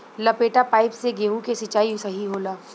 लपेटा पाइप से गेहूँ के सिचाई सही होला?